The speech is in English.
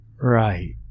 right